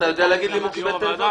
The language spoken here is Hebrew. יו"ר הוועדה,